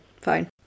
fine